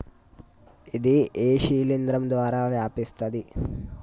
ఇది ఏ శిలింద్రం ద్వారా వ్యాపిస్తది?